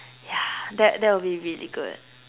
yeah that that would be really good